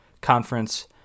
conference